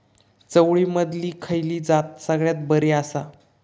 चवळीमधली खयली जात सगळ्यात बरी आसा?